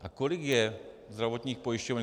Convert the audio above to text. A kolik je zdravotních pojišťoven?